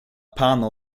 pano